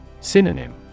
Synonym